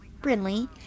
Brinley